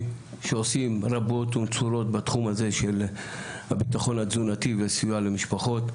שעושים רבות ונצורות בתחום הזה של הביטחון התזונתי וסיוע למשפחות.